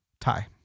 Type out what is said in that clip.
tie